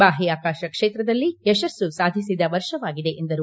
ಬಾಹ್ಕಾಕಾಶ ಕ್ಷೇತ್ರದಲ್ಲಿ ಯಶಸ್ಸು ಸಾಧಿಸಿದ ವರ್ಷವಾಗಿದೆ ಎಂದರು